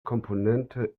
komponente